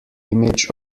image